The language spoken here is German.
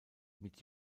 mit